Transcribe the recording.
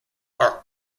are